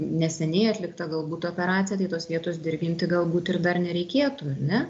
neseniai atlikta galbūt operacija tai tos vietos dirginti galbūt ir dar nereikėtų ar ne